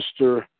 Mr